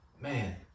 Man